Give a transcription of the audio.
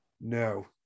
No